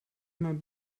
man